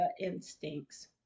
instincts